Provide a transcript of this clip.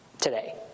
today